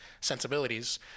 sensibilities